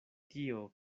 tio